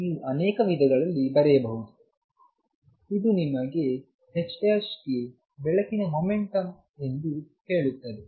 ನೀವು ಅನೇಕ ವಿಧಗಳಲ್ಲಿ ಬರೆಯಬಹುದುಇದು ನಿಮಗೆ ℏk ಬೆಳಕಿನ ಮೊಮೆಂಟಂ ಎಂದು ಹೇಳುತ್ತದೆ